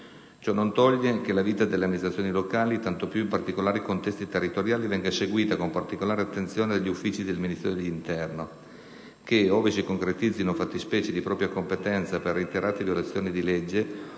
Ciò non toglie che la vita delle amministrazioni locali, tanto più in particolari contesti territoriali, venga seguita con particolare attenzione dagli uffici dal Ministero dell'interno che, ove si concretizzino fattispecie di propria competenza per reiterate violazioni di legge,